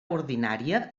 ordinària